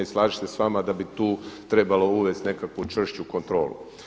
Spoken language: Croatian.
I slažem se sa vama da bi tu trebalo uvesti nekakvu čvršću kontrolu.